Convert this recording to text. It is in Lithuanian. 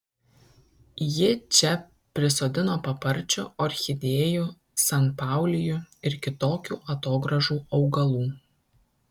ji čia prisodino paparčių orchidėjų sanpaulijų ir kitokių atogrąžų augalų